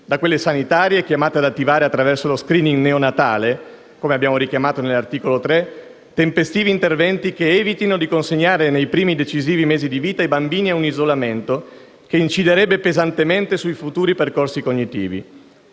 da quelle sanitarie, chiamate ad attivare, attraverso lo *screening* neonatale, come richiamato nell'articolo 3, tempestivi interventi che evitino di consegnare nei primi decisivi mesi di vita i bambini a un isolamento che inciderebbe pesantemente sui futuri percorsi cognitivi;